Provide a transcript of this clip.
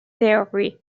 theory